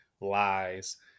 lies